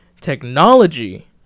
technology